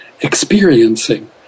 experiencing